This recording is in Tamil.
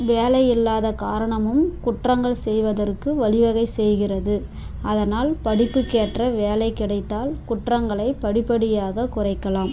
வேலை இல்லாத காரணமும் குற்றங்கள் செய்வதற்கு வழிவகை செய்கிறது அதனால் படிப்புக்கேற்ற வேலை கிடைத்தால் குற்றங்களை படிப்படியாக குறைக்கலாம்